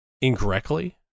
incorrectly